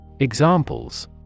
Examples